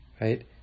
Right